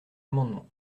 amendement